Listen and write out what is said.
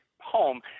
home